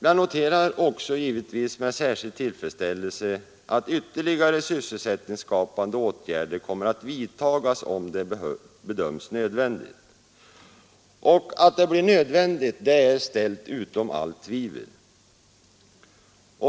Jag noterar givetvis med särskild tillfredsställelse att ytterligare sysselsättningsskapande åtgärder kommer att vidtagas om det bedöms nödvändigt. Och att det blir nödvändigt är ställt utom allt tvivel.